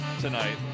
tonight